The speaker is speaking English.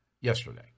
yesterday